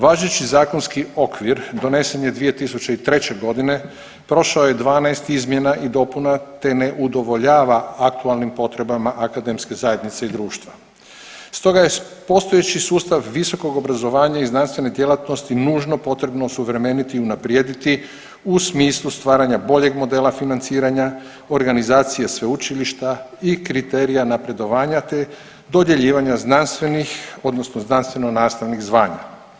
Važeći zakonski okvir donesen je 2003. g., prošao je 12 izmjena i dopuna te ne udovoljava aktualnim potrebama akademske zajednice i društva, stoga je postojeći sustav visokog obrazovanja i znanstvene djelatnosti nužno potrebno osuvremeniti i unaprijediti u smislu stvaranja boljeg modela financiranja, organizacije sveučilišta i kriterija napredovanja te dodjeljivanja znanstvenih, odnosno znanstveno-nastavnih zvanja.